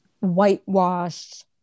whitewashed